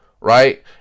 right